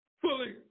fully